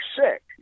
sick